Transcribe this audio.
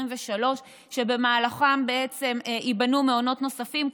שבמהלכן ייבנו מעונות נוספים.